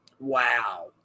Wow